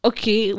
Okay